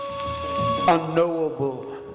unknowable